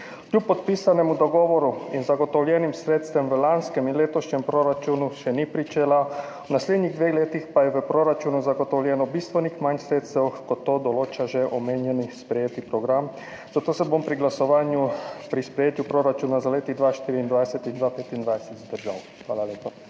kljub podpisanemu dogovoru in zagotovljenim sredstvom v lanskem in letošnjem proračunu še ni pričela, v naslednjih dveh letih pa je v proračunu zagotovljenih bistveno manj sredstev, kot to določa že omenjeni sprejeti program. Zato se bom pri glasovanju o sprejetju proračuna za leti 2024 in 2025 vzdržal. Hvala lepa.